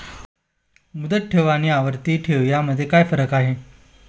मुदत ठेव आणि आवर्ती ठेव यामधील फरक काय आहे?